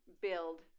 build